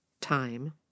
time